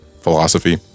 philosophy